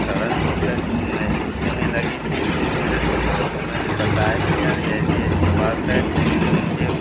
सड़न सी महसूस होने लगी थी फिर मेरे दोस्तों को मैंने बताया कि यार ऐसी ऐसी बात है तो उन्होंने मुझे